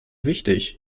wichtig